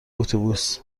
اتوبوس